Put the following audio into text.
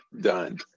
Done